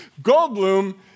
Goldblum